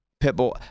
Pitbull